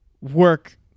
work